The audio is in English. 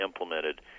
implemented